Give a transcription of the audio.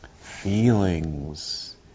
Feelings